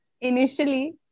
initially